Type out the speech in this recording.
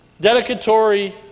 Dedicatory